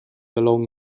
along